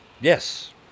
Yes